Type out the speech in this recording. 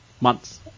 months